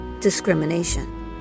discrimination